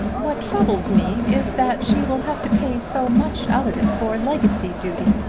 what troubles me is that she will have to pay so much out of it for legacy duty.